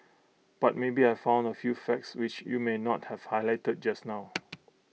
but maybe I found A few facts which you may not have highlighted just now